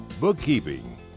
bookkeeping